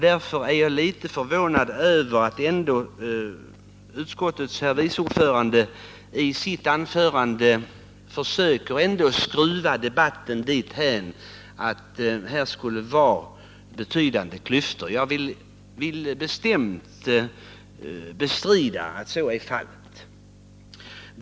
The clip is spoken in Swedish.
Därför är jag litet förvånad över att utskottets vice ordförande i sitt anförande ändå försöker skruva debatten dithän att här skulle finnas betydande klyftor. Jag vill bestämt bestrida att så är fallet.